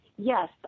Yes